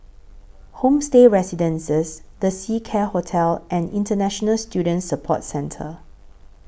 Homestay Residences The Seacare Hotel and International Student Support Centre